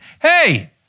Hey